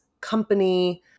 company